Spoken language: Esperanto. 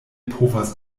povas